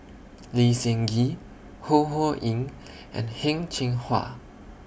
Lee Seng Gee Ho Ho Ying and Heng Cheng Hwa